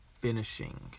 finishing